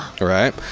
Right